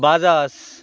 Bajaj